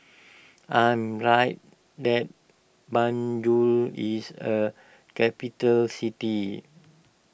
I am right that Banjul is a capital city